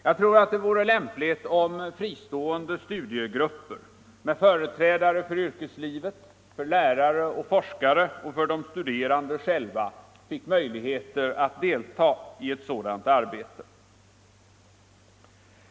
Jag tror att det vore lämpligt om fristående studiegrupper med företrädare för yrkeslivet, för lärare och forskare och för de studerande själva fick möjligheter att delta i ett sådant arbete.